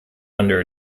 under